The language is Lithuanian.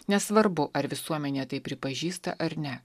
nesvarbu ar visuomenė tai pripažįsta ar ne